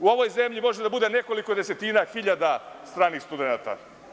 U ovoj zemlji može da bude nekoliko desetina hiljada stranih studenata.